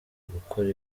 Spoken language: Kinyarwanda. gukora